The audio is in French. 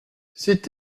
c’est